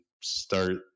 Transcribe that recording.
start